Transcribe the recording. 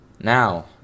Now